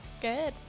good